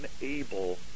unable